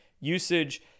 usage